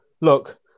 Look